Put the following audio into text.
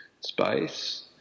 space